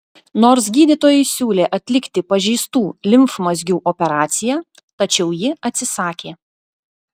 nors gydytojai siūlė atlikti pažeistų limfmazgių operaciją tačiau ji atsisakė